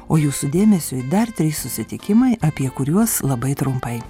o jūsų dėmesiui dar trys susitikimai apie kuriuos labai trumpai